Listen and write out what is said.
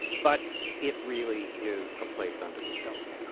but it really is a place unto itself.